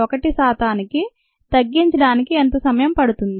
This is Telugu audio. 1 శాతానికి తగ్గించడానికి ఎంత సమయం పడుతుంది